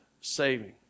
saving